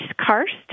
Karst